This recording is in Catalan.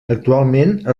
actualment